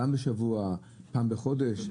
פעם בשבוע, פעם בחודש?